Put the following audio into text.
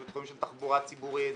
בתחומים של תחבורה ציבורית,